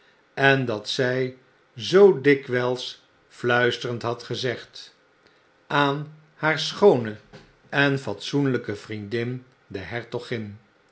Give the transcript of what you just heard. en dat z j zoo dikwyls uisterend had gezegd aan haar schoone en fatsoenlijke vriendin de hertogin